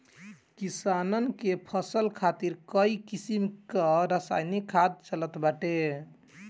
किसानन के फसल खातिर कई किसिम कअ रासायनिक खाद चलत बाटे